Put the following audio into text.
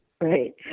right